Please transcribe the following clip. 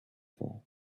for